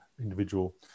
individual